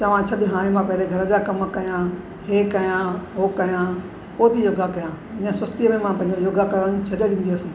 चवां छॾ हाणे मां पहिरें घर जा कम कया हीअ कयां हूअ कयां पोइ थी योगा कयां उन सुस्ती में मां पंहिंजो योगा करण छॾे ॾींदी हुअसि